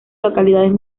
localidades